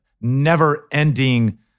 never-ending